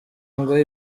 ngo